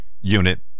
unit